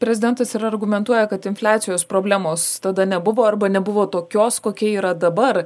prezidentas ir argumentuoja kad infliacijos problemos tada nebuvo arba nebuvo tokios kokia yra dabar